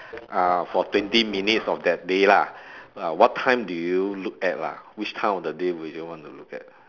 ah for twenty minutes of that day lah ah what time do you look at lah which time of the day would you want to look at